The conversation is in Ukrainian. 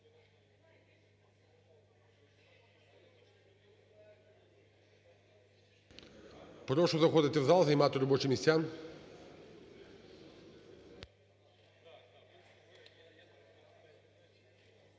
Прошу заходити в зал, займати робочі місця.